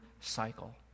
cycle